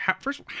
first